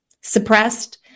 suppressed